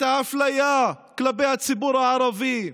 את האפליה כלפי הציבור הערבי,